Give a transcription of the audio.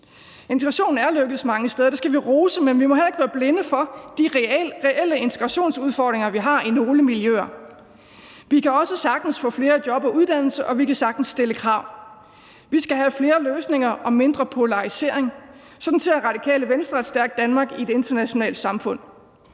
Integrationen er lykkedes mange steder, og det skal vi rose for, men vi må heller ikke være blinde for de reelle integrationsudfordringer, vi har i nogle miljøer. Vi kan også sagtens få flere i job og uddannelse, og vi kan sagtens stille krav. Vi skal have flere løsninger og mindre polarisering. Sådan ser Radikale Venstre et stærkt Danmark i et internationalt samfund.